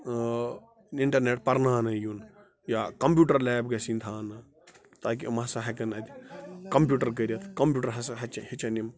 internet پرنانہٕ یُن یا کَمپوٗٹَر لیب گژھِ یِنۍ تھانہٕ تاکہِ یِم ہسا ہٮ۪کَن اَتہِ کَمپیوٗٹَر کٔرِتھ کَمپیوٗٹَر ہسا ہَچہِ ہیٚچھَن یِم